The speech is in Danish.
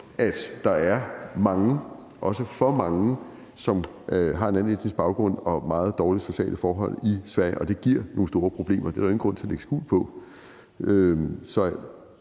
at der er mange, også for mange, som har en anden etnisk baggrund og meget dårlige sociale forhold i Sverige, og det giver nogle store problemer. Det er der jo ingen grund til at lægge skjul på.